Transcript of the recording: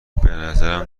بنظرم